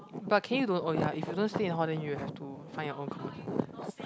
but can you don't oh yeah if you don't stay in hall then you have to find your own accommodation